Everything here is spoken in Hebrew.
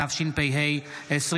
התשפ"ה 2024,